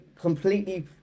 completely